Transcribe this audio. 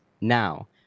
now